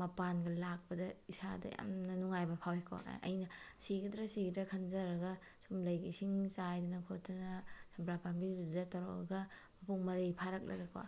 ꯃꯄꯥꯟꯒ ꯂꯥꯛꯄꯗ ꯏꯁꯥꯗ ꯌꯥꯝꯅ ꯅꯨꯡꯉꯥꯏꯕ ꯐꯥꯎꯋꯦꯀꯣ ꯑꯩꯅ ꯁꯤꯒꯗ꯭ꯔꯥ ꯁꯤꯒꯗ꯭ꯔꯥ ꯈꯟꯖꯔꯒ ꯁꯨꯝ ꯂꯩꯒ ꯏꯁꯤꯡ ꯆꯥꯏꯗꯅ ꯈꯣꯠꯇꯅ ꯆꯝꯄ꯭ꯔꯥ ꯄꯥꯝꯕꯤꯗꯨꯗ ꯇꯧꯔꯒ ꯃꯄꯨꯡ ꯃꯔꯩ ꯐꯥꯔꯛꯂꯒꯀꯣ